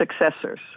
successors